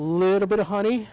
little bit of honey